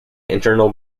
internal